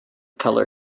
color